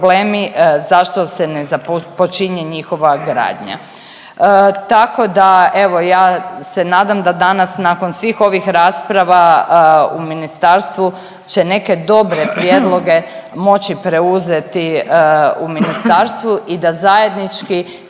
zašto se ne započinje njihova gradnja. Tako da evo ja se nadam da danas nakon svih ovih rasprava u ministarstvu će neke dobre prijedloge moći preuzeti u ministarstvu i da zajednički